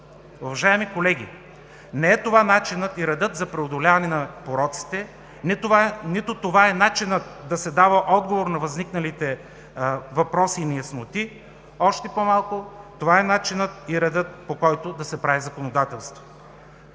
Уважаеми колеги, не е това начинът и редът за преодоляване на пороците, нито това е начинът да се дава отговор на възникналите въпроси и неясноти, а още по-малко това е начинът и редът, по който да се прави законодателство.